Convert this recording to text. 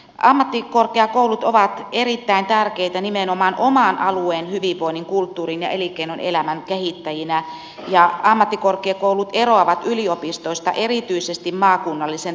ammattikorkeakoulut ovat erittäin tärkeitä nimenomaan oman alueen hyvinvoinnin kulttuurin ja elinkenoelämän kehittäjinä ja ammattikorkeakoulut eroavat yliopistoista erityisesti maakunnallisen toimintafunktion takia